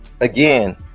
again